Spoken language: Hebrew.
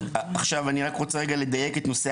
אני רוצה לדייק את נושא